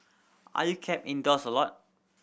are you kept indoors a lot